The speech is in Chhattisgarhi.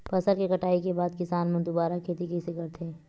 फसल के कटाई के बाद किसान मन दुबारा खेती कइसे करथे?